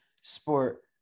sport